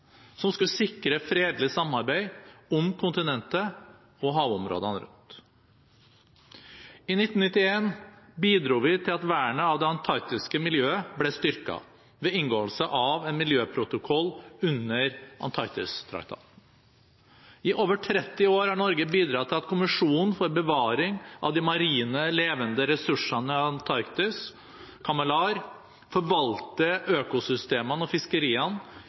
som skulle sikre fredelig samarbeid om kontinentet og havområdene rundt. I 1991 bidro vi til at vernet av det antarktiske miljøet ble styrket ved inngåelsen av en miljøprotokoll under Antarktistraktaten. I over 30 år har Norge bidratt til at Kommisjonen for bevaring av de marine levende ressursene i Antarktis, CCAMLR, forvalter økosystemene og fiskeriene